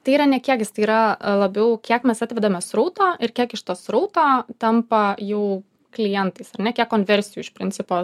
tai yra ne kiekis tai yra labiau kiek mes atvedame srauto ir kiek iš to srauto tampa jau klientais ar ne kiek konversijų iš principo